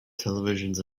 televisions